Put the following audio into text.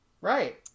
right